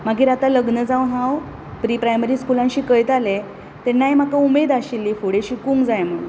मागीर आतां लग्न जावन हांव प्रि प्रायमरी स्कुलान शिकयतालें तेन्नाय म्हाका उमेद आशिल्ली फुडें शिकूंक जाय म्हण